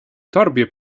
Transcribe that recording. torbie